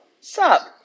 Sup